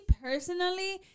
personally